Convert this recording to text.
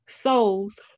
souls